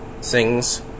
sings